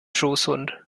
schoßhund